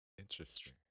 Interesting